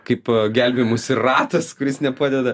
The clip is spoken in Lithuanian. kaip gelbėjimosi ratas kuris nepadeda